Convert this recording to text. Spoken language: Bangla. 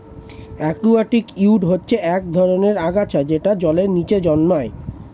অ্যাকুয়াটিক উইড হচ্ছে এক ধরনের আগাছা যেটা জলের নিচে জন্মায়